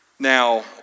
Now